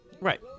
Right